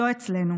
לא אצלנו.